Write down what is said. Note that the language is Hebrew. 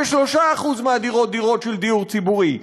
23% מהדירות הן דירות של דיור ציבורי,